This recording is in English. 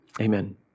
Amen